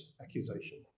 accusation